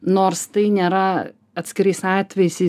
nors tai nėra atskirais atvejais jį